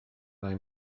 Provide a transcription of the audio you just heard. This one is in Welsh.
mae